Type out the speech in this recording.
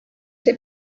had